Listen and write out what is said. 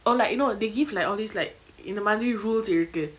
or like you know they give like all this like இந்தமாரி:inthamari holes இருக்கு:iruku